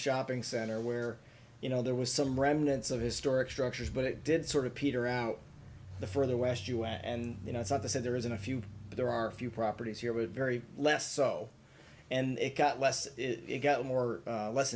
shopping center where you know there was some remnants of historic structures but it did sort of peter out the further west you and you know it's not the said there isn't a few there are a few properties here were very less so and it got less it got more or less